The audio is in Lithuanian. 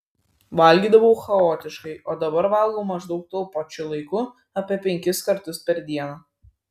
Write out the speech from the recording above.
valgydavau chaotiškai o dabar valgau maždaug tuo pačiu laiku apie penkis kartus per dieną